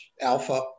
Alpha